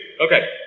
Okay